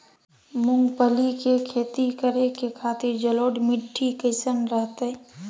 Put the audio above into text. मूंगफली के खेती करें के खातिर जलोढ़ मिट्टी कईसन रहतय?